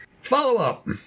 Follow-up